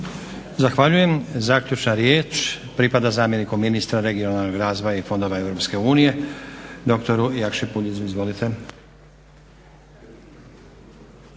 Zahvaljujem. Zaključna riječ pripada zamjeniku ministra Regionalnih razvoja i fondova europske unije, doktoru Jakši Kuljizu. Izvolite.